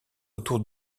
autour